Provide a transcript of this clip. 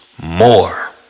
More